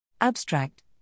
ABSTRACT